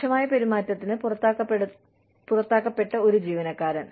മോശമായ പെരുമാറ്റത്തിന് പുറത്താക്കപ്പെട്ട ഒരു ജീവനക്കാരൻ